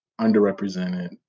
underrepresented